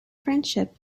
friendship